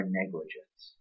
negligence